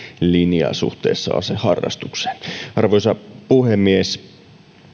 linjaa suhteessa aseharrastukseen arvoisa puhemies